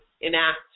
enact